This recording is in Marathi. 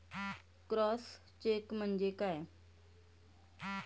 क्रॉस चेक म्हणजे काय?